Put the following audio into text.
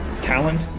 Talent